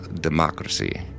democracy